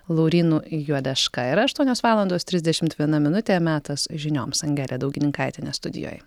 laurynu juodeška yra aštuonios valandos trisdešimt viena minutė metas žinioms angelė daugininkaitienė studijoj